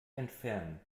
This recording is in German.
entfernen